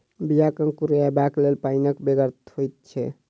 बियाक अंकुरयबाक लेल पाइनक बेगरता होइत छै